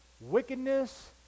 wickedness